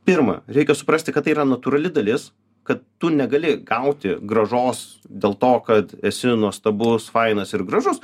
pirma reikia suprasti kad tai yra natūrali dalis kad tu negali gauti grąžos dėl to kad esi nuostabus fainas ir gražus